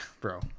bro